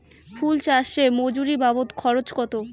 ফুল চাষে মজুরি বাবদ খরচ কত?